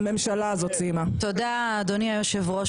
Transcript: תודה אדוני היושב-ראש.